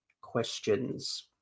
questions